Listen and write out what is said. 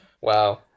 Wow